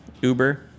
Uber